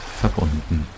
verbunden